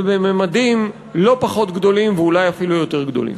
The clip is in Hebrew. ובממדים לא פחות גדולים, ואולי אפילו יותר גדולים.